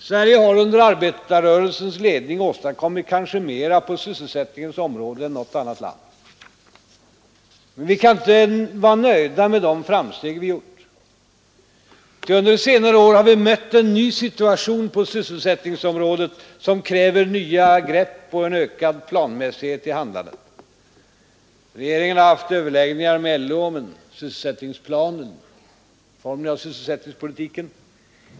Sverige har under arbetarrörelsens ledning åstadkommit kanske mera på sysselsättningens område än något annat land. Men vi kan inte vara nöjda med de framsteg vi gjort. Ty under senare år har vi mött en ny situation på sysselsättningsområdet som kräver nya grepp och ökad planmässighet i handlandet. Regeringen har haft överläggningar med LO om en sysselsättningsplan, en utformning av sysselsättningspolitiken.